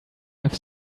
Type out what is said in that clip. have